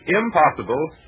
impossible